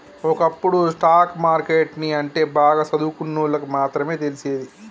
ఒకప్పుడు stock market ని అంటే బాగా సదువుకున్నోల్లకి మాత్రమే తెలిసేది